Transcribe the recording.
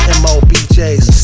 M-O-B-Js